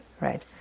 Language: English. right